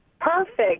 Perfect